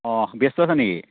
অ' ব্যস্ত আছে নেকি